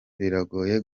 biragoye